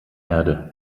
erde